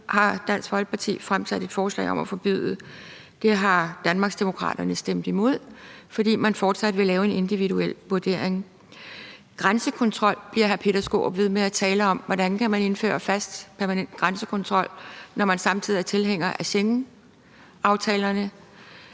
har Dansk Folkeparti fremsat et forslag om at forbyde, og det har Danmarksdemokraterne stemt imod, fordi man fortsat vil lave en individuel vurdering, og hr. Peter Skaarup bliver ved med at tale om grænsekontrol. Hvordan kan man indføre en fast permanent grænsekontrol, når man samtidig er tilhængere af Schengenaftalerne?